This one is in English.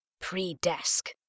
pre-desk